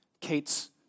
Kate's